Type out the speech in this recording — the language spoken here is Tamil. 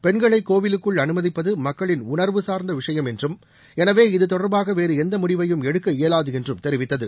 பென்களை கோவிலுக்குள் அனுமதிப்பது மக்களின் உணர்வு சார்ந்த ஒரு விஷயம் என்றும் எனவே இது தொடர்பாக வேறு எந்த ஒரு முடிவையும் எடுக்க இயலாது என்றும் தெரிவித்தது